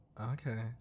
Okay